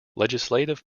legislative